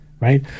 Right